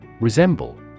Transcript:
Resemble